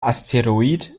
asteroid